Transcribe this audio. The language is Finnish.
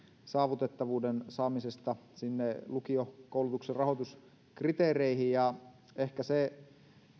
saavutettavuuden saamisesta lukiokoulutuksen rahoituskriteereihin ehkä se